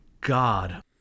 god